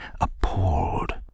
appalled